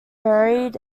buried